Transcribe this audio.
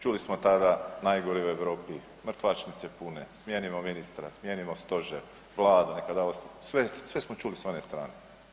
Čuli smo tada najgori u Europi, mrtvačnice pune, smijenimo ministra, smijenimo stožer, vladu neka da ostavku, sve smo čuli s one strane.